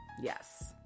Yes